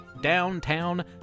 downtown